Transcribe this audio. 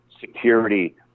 security